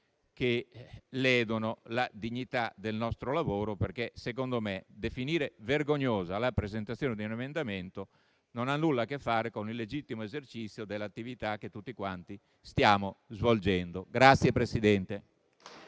che ledono la dignità del nostro lavoro, perché - secondo me - definire vergognosa la presentazione di un emendamento non ha nulla a che fare con il legittimo esercizio dell'attività che tutti quanti stiamo svolgendo.